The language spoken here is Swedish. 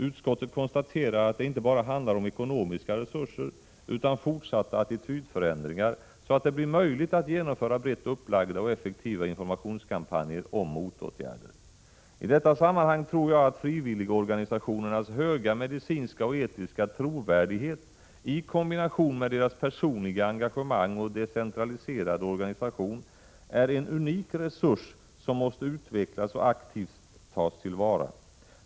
Utskottet konstaterar att det inte bara handlar om ekonomiska resurser utan om fortsatta attitydförändringar, så att det blir möjligt att genomföra brett upplagda och effektiva informationskampanjer om motåtgärder. I detta sammanhang tror jag att frivilligorganisationernas höga medicinska och etiska trovärdighet, i kombination med deras personliga engagemang och decentraliserade organisation, är en unik resurs som måste utvecklas och aktivt tas till vara.